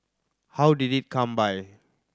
how did it come by